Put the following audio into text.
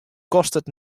kostet